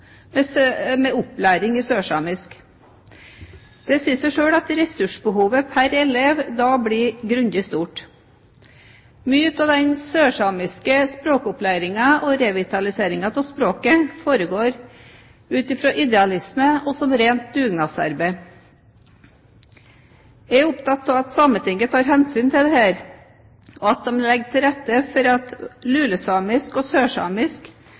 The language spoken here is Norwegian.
med den følge at mange skoler har veldig få elever, kanskje bare én eller to som skal ha opplæring i sørsamisk. Det sier seg selv at ressursbehovet pr. elev da blir veldig stort. Mye av den sørsamiske språkopplæringen og revitaliseringen av språket foregår ut fra idealisme og som rent dugnadsarbeid. Jeg er opptatt av at Sametinget tar hensyn til dette, og av at de legger til rette